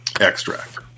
extract